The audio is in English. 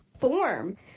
form